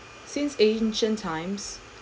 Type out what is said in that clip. since ancient times